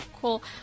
Cool